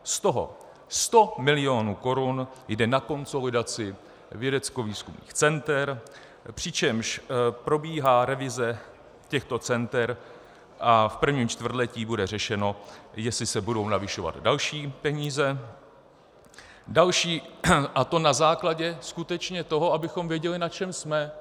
Z toho 100 milionů korun jde na konsolidaci vědeckovýzkumných center, přičemž probíhá revize těchto center a v prvním čtvrtletí bude řešeno, jestli se budou navyšovat další peníze, a to na základě skutečně toho, abychom věděli, na čem jsme.